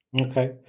Okay